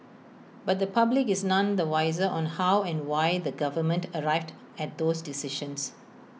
but the public is none the wiser on how and why the government arrived at those decisions